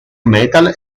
metal